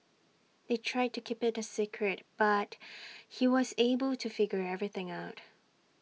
they tried to keep IT A secret but he was able to figure everything out